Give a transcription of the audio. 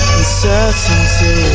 Uncertainty